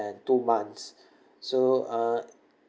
and two months so uh